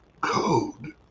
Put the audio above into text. code